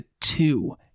two